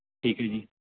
ਠੀਕ ਹੈ ਜੀ